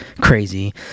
crazy